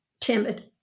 timid